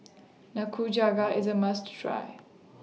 Nikujaga IS A must Try